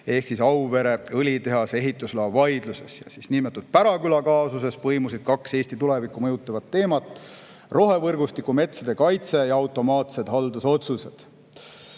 ehk siis Auvere õlitehase ehitusloa vaidluses. Niinimetatud Päraküla kaasuses põimusid kaks Eesti tulevikku mõjutavad teemat: rohevõrgustiku metsade kaitse ja automaatsed haldusotsused.